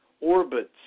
orbits